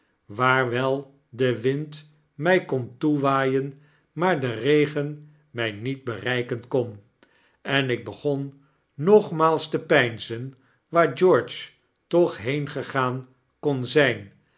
waar wel de wind mij kon toewaaien maar de regen my niet bereiken kon en ik begon nogmaals te bepeinzen waar george toch heengegaan kon zyn